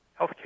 healthcare